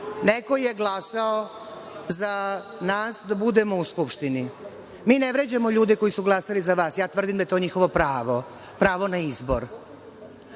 neko je glasao za nas da budemo u Skupštini. Mi ne vređamo ljude koji su glasali za vas. Ja tvrdim da je to njihovo pravo, pravo na izbor,